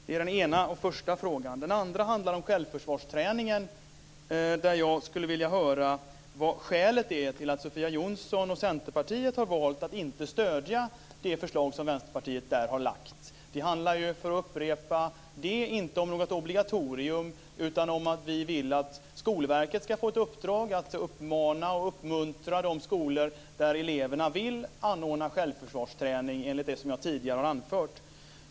Det är den första frågan. Den andra frågan handlar om självförsvarsträningen. Jag skulle vilja höra vad skälet är till att Sofia Jonsson och Centerpartiet har valt att inte stödja det förslag som Vänsterpartiet har lagt fram. Det handlar, för att upprepa, inte om något obligatorium, utan om att vi vill att Skolverket ska få i uppdrag att uppmana och uppmuntra de skolor där eleverna vill anordna självförsvarsträning, enligt det som jag tidigare har anfört.